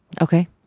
Okay